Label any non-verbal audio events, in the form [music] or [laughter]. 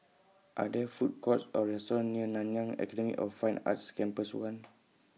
Are There Food Courts Or restaurants near Nanyang Academy of Fine Arts Campus one [noise]